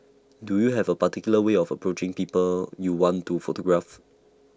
do you have A particular way of approaching people you want to photograph